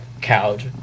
couch